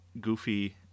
goofy